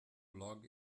log